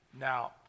Now